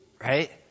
right